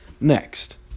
Next